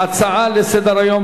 כהצעה לסדר-היום,